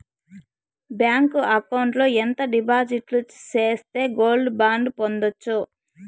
Bank account లో ఎంత డిపాజిట్లు సేస్తే గోల్డ్ బాండు పొందొచ్చు?